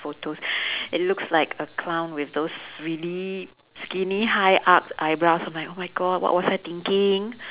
photos it looks like a clown with those really skinny high up eyebrows I'm like oh my god what was I thinking